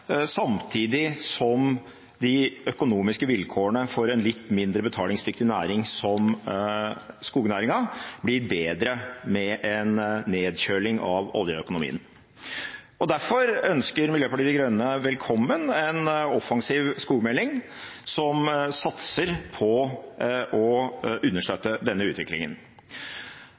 samtidig som de økonomiske vilkårene for en litt mindre betalingsdyktig næring som skognæringen blir bedre med en nedkjøling av oljeøkonomien. Derfor ønsker Miljøpartiet De Grønne velkommen en offensiv skogmelding som satser på å understøtte denne utviklingen.